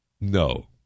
No